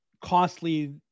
costly